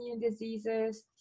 diseases